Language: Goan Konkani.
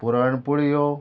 पुराण पोळो